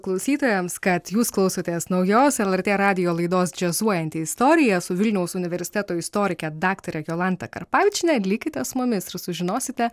klausytojams kad jūs klausotės naujos lrt radijo laidos džiazuojanti istorija su vilniaus universiteto istorikė daktare jolanta karpavičienė likite su mumis ir sužinosite